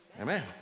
Amen